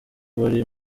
bari